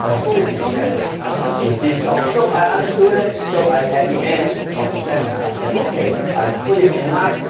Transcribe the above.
ah phobia, then with this dog. so i understood it so i at the end of the seminar i said, okay, i put him in line,